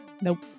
nope